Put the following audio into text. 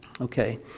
Okay